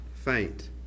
faint